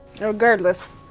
Regardless